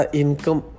income